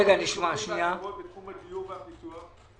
אני קורא כאן: "אזורי עדיפות לאומית בתחום הדיור והפיתוח ...